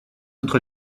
autre